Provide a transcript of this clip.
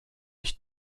ich